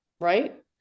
right